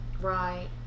right